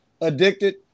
Addicted